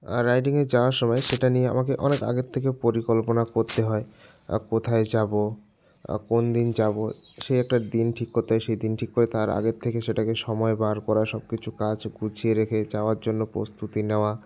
আর রাইডিংয়ে যাওয়ার সময় সেটা নিয়ে আমাকে অনেক আগের থেকে পরিকল্পনা করতে হয় কোথায় যাবো কোন দিন যাবো সে একটা দিন ঠিক করতে হয় সেই দিন ঠিক করে তার আগের থেকে সেটাকে সময় বার করা সব কিছু কাজ গুছিয়ে রেখে যাওয়ার জন্য প্রস্তুতি নেওয়া